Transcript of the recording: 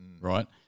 right